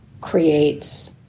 creates